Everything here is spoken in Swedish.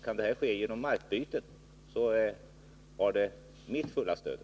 Kan detta ske genom markbyten, så har det mitt fulla stöd.